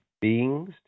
Beings